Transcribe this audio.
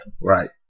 Right